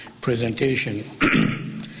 presentation